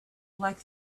like